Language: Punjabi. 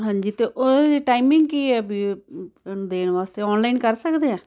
ਹਾਂਜੇ ਅਤੇ ਉਹਦੀ ਟਾਈਮਿੰਗ ਕੀ ਹੈ ਵੀ ਉਹਨੂੰ ਦੇਣ ਵਾਸਤੇ ਆਨਲਾਈਨ ਕਰ ਸਕਦੇ ਹਾਂ